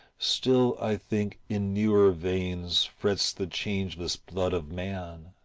still, i think, in newer veins frets the changeless blood of man.